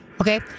Okay